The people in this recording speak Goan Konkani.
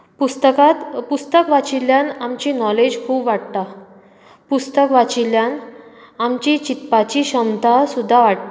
पुस्तकांत पुस्तक वाचिल्ल्यान आमची नॉलेज खूब वाडटा पुस्तक वाचिल्ल्यान आमची चिंतपाची क्षमता सुद्दां वाडटा